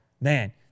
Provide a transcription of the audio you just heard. man